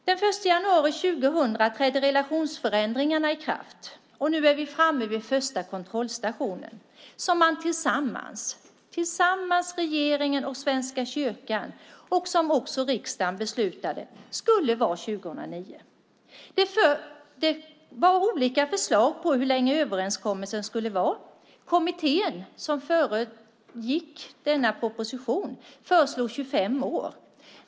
Den 1 januari 2000 trädde relationsförändringarna i kraft. Nu är vi framme vid första kontrollstationen som regeringen och Svenska kyrkan tillsammans kom fram till och som riksdagen beslutade om skulle vara 2009. Det fanns olika förslag på hur länge överenskommelsen skulle vara. Kommittén som föregick denna proposition föreslog 25 år.